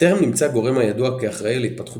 טרם נמצא גורם הידוע כאחראי על התפתחות